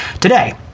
today